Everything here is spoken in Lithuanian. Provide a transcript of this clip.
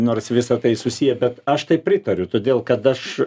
nors visa tai susiję bet aš taip pritariu todėl kad aš